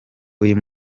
uyu